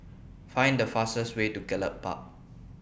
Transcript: Find The fastest Way to Gallop Park